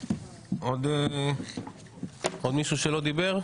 עוד מישהו שלא דיבר ומעוניין?